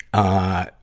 ah,